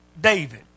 David